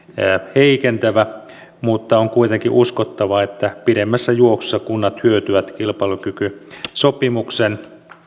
heikentävä mutta on kuitenkin uskottava että pidemmässä juoksussa kunnat hyötyvät kilpailukykysopimuksen